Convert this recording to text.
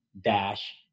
dash